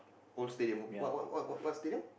old stadium what what what what what stadium